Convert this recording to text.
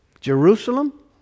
Jerusalem